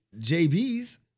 JBs